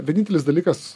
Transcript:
vienintelis dalykas